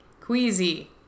queasy